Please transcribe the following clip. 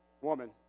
woman